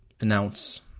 announce